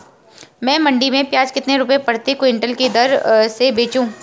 मैं मंडी में प्याज कितने रुपये प्रति क्विंटल की दर से बेचूं?